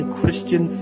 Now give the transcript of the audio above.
Christian